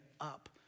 up